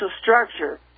structure